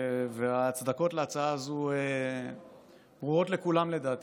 וההצדקות להצעה הזו ברורות לכולם, לדעתי.